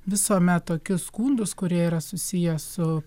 visuomet tokius skundus kurie yra susiję su